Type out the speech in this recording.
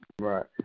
Right